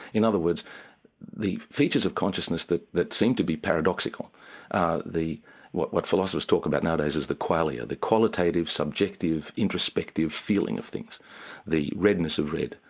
in other words the features of consciousness that that seem to be paradoxical are what what philosophers talk about nowadays is the qualia, the qualitative subjective, introspective, feeling of things the redness of red,